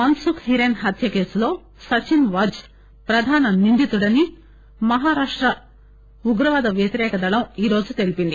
మన్సుఖ్ హిరెస్ హత్య కేసులో సచిస్ వాజ్ ప్రధాన స నిందితుడని మహారాష్ట ఉగ్రవాద వ్యతిరేకదళం ఈరోజు తెలీపింది